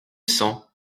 cent